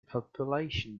population